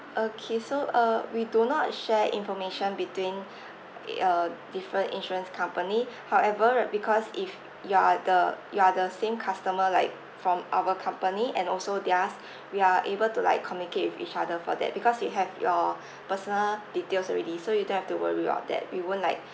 okay so uh we do not share information between i~ uh different insurance company however because if you are the you are the same customer like from our company and also theirs we are able to like communicate with each other for that because we have your personal details already so you don't have to worry about that we won't like